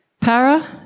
Para